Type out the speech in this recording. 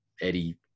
Eddie